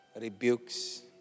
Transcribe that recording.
Rebukes